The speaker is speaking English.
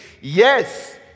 Yes